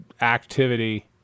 activity